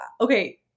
okay